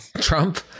Trump